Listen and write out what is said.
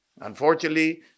Unfortunately